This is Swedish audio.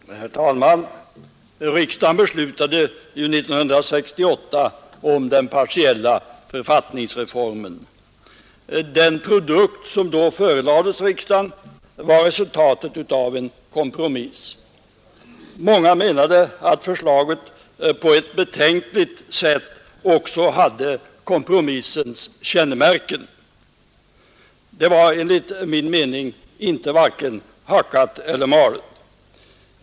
Herr talman! Riksdagen beslutade ju 1968 om den partiella författningsreformen. Den produkt som då förelades riksdagen var resultatet av en kompromiss. Många menade att förslaget på ett betänkligt sätt också hade kompromissens kännemärken. Det var enligt min mening inte vare sig hackat eller malet.